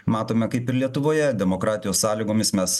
matome kaip ir lietuvoje demokratijos sąlygomis mes